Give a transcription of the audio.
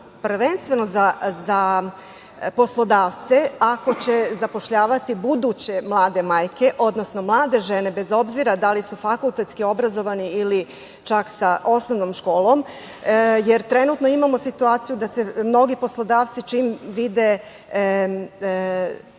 prvenstveno za poslodavce, ako će zapošljavati buduće mlade majke, odnosno mlade žene bez obzira da su fakultetski obrazovane ili čak sa osnovnom školom, jer trenutno imamo situaciju da se mnogi poslodavci čim vide žensku